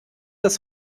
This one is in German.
das